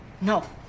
No